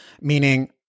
meaning